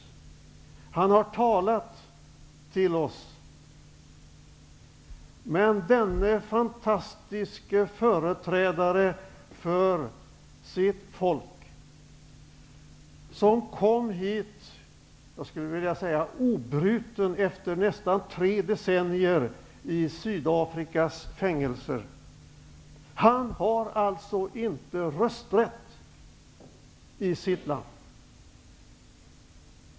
Han har talat till oss. Denne fantastiske företrädare för sitt folk, som kom hit obruten efter nästan tre decennier i Sydafrikas fängelser, har alltså inte rösträtt i sitt land.